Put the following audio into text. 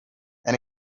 and